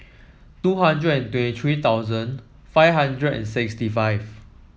two hundred and twenty three thousand five hundred and sixty five